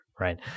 right